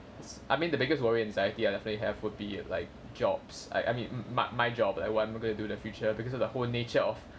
I mean the biggest worry and anxiety I definitely have would be like jobs I I mean my my job like what I'm gonna do in the future because of the whole nature of